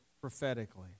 prophetically